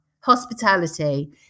hospitality